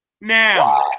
Now